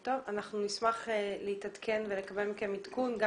נשמח להתעדכן ולקבל מכם עדכון על ההתקדמות בתחום,